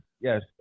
yes